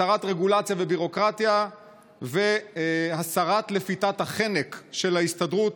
הסרת רגולציה וביורוקרטיה והסרת לפיתת החנק של ההסתדרות,